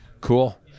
Cool